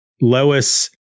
Lois